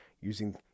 using